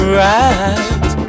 right